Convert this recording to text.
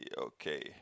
Okay